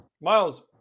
Miles